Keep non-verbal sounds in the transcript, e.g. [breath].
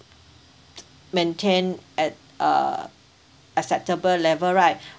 [noise] maintain at uh acceptable level right [breath]